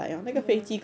ya